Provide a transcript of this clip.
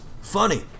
funny